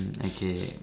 okay